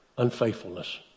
Unfaithfulness